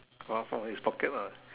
or from his pocket lah